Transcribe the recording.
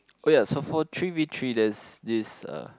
oh ya so for three V three there's this uh